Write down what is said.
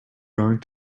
going